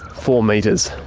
four metres,